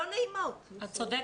חד משמעית.